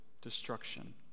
destruction